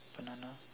banana